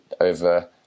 over